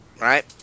Right